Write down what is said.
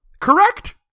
correct